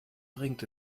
bringt